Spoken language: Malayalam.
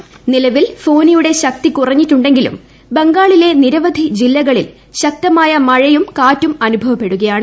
ന്നില്പ്പിൽ ഫോണിയുടെ ശക്തി കുറഞ്ഞിട്ടുണ്ടെങ്കിലും ബംഗാളില്പ്പ് ഫ്റ്റ്രപ്പധി ജില്ലകളിൽ ശക്തമായ മഴയും കാറ്റും അനുഭവപ്പെടുക്യാണ്